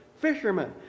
fishermen